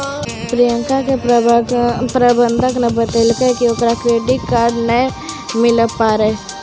प्रियंका के प्रबंधक ने बतैलकै कि ओकरा क्रेडिट कार्ड नै मिलै पारै